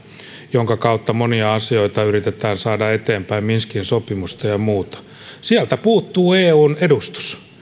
jonka kautta monia asioita yritetään saada eteenpäin minskin sopimusta ja muuta sieltä puuttuu eun edustus